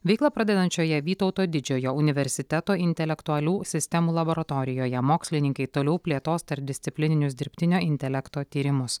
veiklą pradedančioje vytauto didžiojo universiteto intelektualių sistemų laboratorijoje mokslininkai toliau plėtos tarpdisciplininius dirbtinio intelekto tyrimus